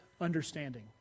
understanding